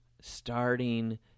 starting